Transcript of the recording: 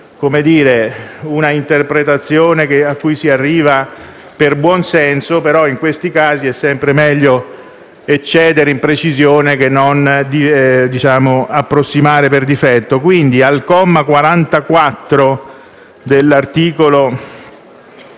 essere un'interpretazione cui si arriva per buonsenso, ma in questi casi è sempre meglio eccedere in precisione che non approssimare per difetto. Pertanto, al comma 44 dell'articolo